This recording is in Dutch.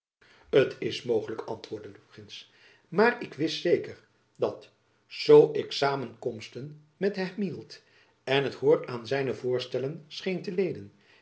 t is mogelijk antwoordde de prins maar ik wist zeker dat zoo ik samenkomsten met hem hield en het oor aan zijne voorstellen scheen te